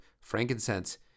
frankincense